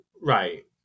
Right